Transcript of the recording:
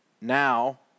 Now